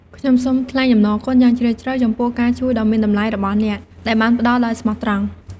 ខ្ញុំសូមថ្លែងអំណរគុណយ៉ាងជ្រាលជ្រៅចំពោះការជួយដ៏មានតម្លៃរបស់អ្នក ដែលបានផ្ដល់ដោយស្មោះត្រង់។